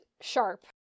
sharp